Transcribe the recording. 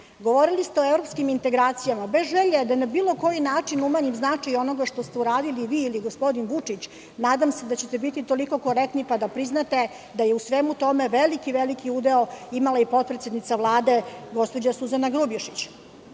Govorili ste o evropskim integracijama. Bez želje da na bilo koji način umanjim značaj onoga što ste uradili vi ili gospodin Vučić. Nadam ste da ćete biti toliko korektni pa da priznate da je u svemu tome veliki, veliki udeo imala i potpredsednica Vlade gospođa Suzana Grubješić. Takođe,